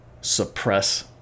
suppress